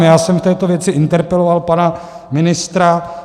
Já jsem v této věci interpeloval pana ministra.